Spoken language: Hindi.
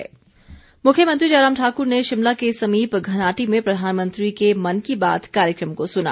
मुख्यमंत्री मुख्यमंत्री जयराम ठाक्र ने शिमला के समीप घनाहट्टी में प्रधानमंत्री के मन की बात कार्यक्रम को सुना